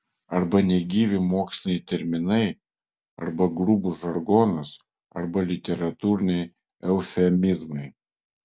arba negyvi moksliniai terminai arba grubus žargonas arba literatūriniai eufemizmai